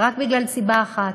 רק מסיבה אחת: